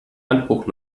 handbuch